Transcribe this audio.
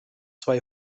zwei